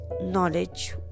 knowledge